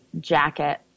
jacket